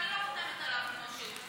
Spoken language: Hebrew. גם אני לא חותמת עליו כמות שהוא,